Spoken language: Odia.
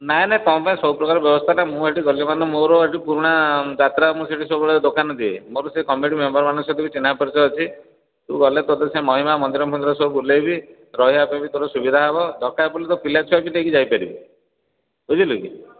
ନାଇଁ ନାଇଁ ତୁମ ପାଇଁ ସବୁ ପ୍ରକାର ବ୍ୟବସ୍ଥାଟା ମୁଁ ଏଇଠୁ ଗଲି ମାନେ ମୋର ସେଇଠି ପୁରୁଣା ଯାତ୍ରା ମୁଁ ସେଇଠି ସବୁବେଳେ ଦୋକାନ ଦିଏ ମୋର ସେଇଠି କମିଟି ମେମ୍ବର୍ମାନଙ୍କ ସହିତ ବି ଚିହ୍ନା ପରିଚୟ ଅଛି ତୁ ଗଲେ ତୋତେ ସେ ମହିମା ମନ୍ଦିର ଫନ୍ଦିର ସବୁ ବୁଲେଇବି ରହିବା ପାଇଁ ବି ତୋର ସୁବିଧା ହେବ ଦରକାର ପଡ଼ିଲେ ତୋ ପିଲା ଛୁଆ ବି ନେଇକି ଯାଇପାରିବୁ ବୁଝିଲୁ କି